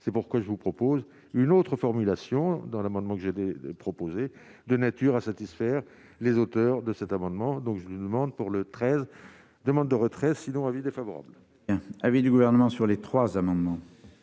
c'est pourquoi je vous propose une autre formulation dans l'amendement que j'ai des des proposé de nature à satisfaire les auteurs de cet amendement, donc je lui demande, pour le 13 demande de retrait sinon avis défavorable. Avis du gouvernement sur les trois amendements.